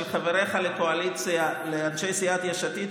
חבריך לקואליציה לאנשי סיעת יש עתיד,